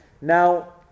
Now